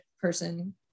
person